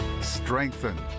strengthen